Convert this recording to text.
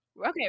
Okay